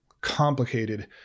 complicated